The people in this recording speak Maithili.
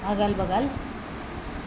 अगल बगल